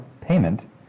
payment